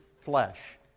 flesh